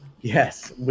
Yes